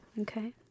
Okay